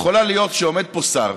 כשעומד פה שר,